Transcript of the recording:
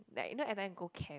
like you know every time go camp